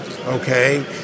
Okay